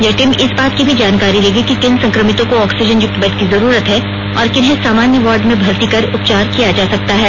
यह टीम इस बात की भी जानकारी लेगी कि किन संक्रमितों को ऑक्सीजन युक्त बेड की जरूरत है और किन्हें सामान्य वार्ड में भर्ती कर उपचार किया जा सकता है